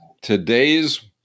today's